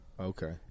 Okay